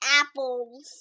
apples